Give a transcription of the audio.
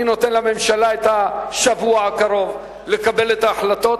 אני נותן לממשלה את השבוע הקרוב לקבל את ההחלטות.